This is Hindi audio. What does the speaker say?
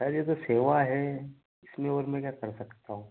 सर यह तो सेवा है इसमें और मै क्या कर सकता हूँ